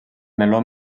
meló